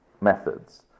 methods